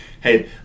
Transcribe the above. Hey